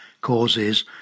causes